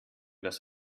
das